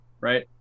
right